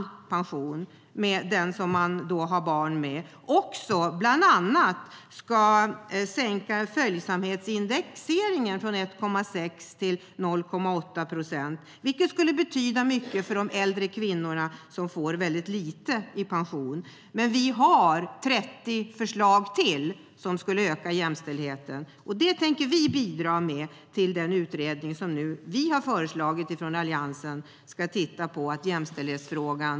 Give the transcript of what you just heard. Förutom det ska följsamhetsindexeringen också sänkas från 1,6 till 0,8 procent. Det skulle betyda mycket för äldre kvinnor som får väldigt liten pension. Men vi har 30 förslag till som skulle öka jämställdheten.